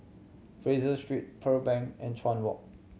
Fraser Street Pearl Bank and Chuan Walk